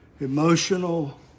emotional